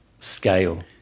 scale